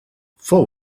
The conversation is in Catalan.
fou